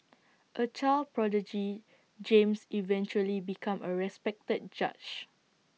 A child prodigy James eventually became A respected judge